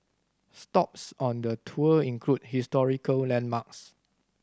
stops on the tour include historical landmarks